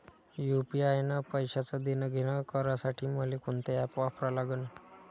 UPI न पैशाचं देणंघेणं करासाठी मले कोनते ॲप वापरा लागन?